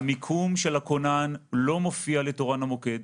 המיקום של הכונן לא מופיע לתורן המוקד.